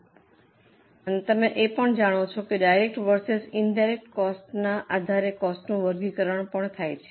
પછી તમે જાણો છો કે ડાયરેક્ટ વર્સસ ઇન્ડિરેક્ટ કોસ્ટના આધારે કોસ્ટનું વર્ગીકરણ થાય છે